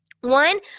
One